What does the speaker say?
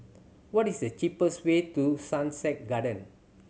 what is the cheapest way to Sussex Garden